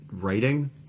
writing